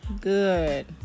good